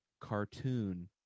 cartoon